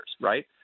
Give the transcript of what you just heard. right